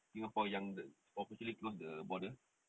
singapore yang the officially close the border